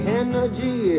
energy